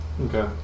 Okay